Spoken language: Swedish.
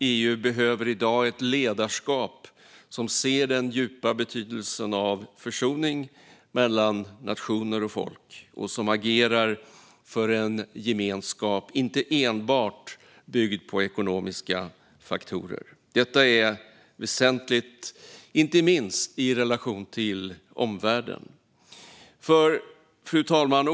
EU behöver i dag ett ledarskap som ser den djupa betydelsen av försoning mellan nationer och folk och som agerar för en gemenskap inte enbart byggd på ekonomiska faktorer. Detta är väsentligt, inte minst i relation till omvärlden. Fru talman!